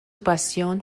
pasión